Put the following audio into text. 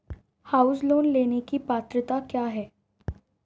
House loan लेने की पात्रता क्या है?